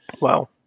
Wow